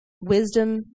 wisdom